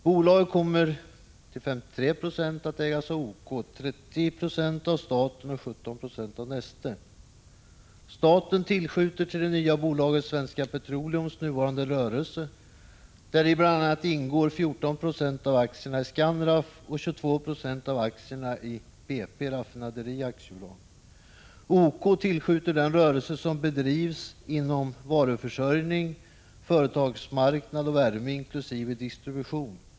Bolaget kommer att ägas till 53 96 av OK, 30 26 av staten och 17 26 av Neste. OK tillskjuter den rörelse som bedrivs inom varuförsörjning, företagsmarknad och värme inkl. distribution.